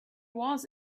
was